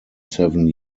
seven